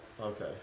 Okay